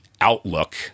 outlook